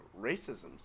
racism's